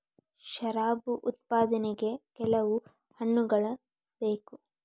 ಶರಾಬು ಉತ್ಪಾದನೆಗೆ ಕೆಲವು ಹಣ್ಣುಗಳ ಬೇಕು